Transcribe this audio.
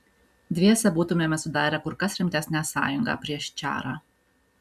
dviese būtumėme sudarę kur kas rimtesnę sąjungą prieš čarą